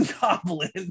Goblin